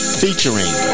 featuring